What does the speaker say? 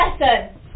lesson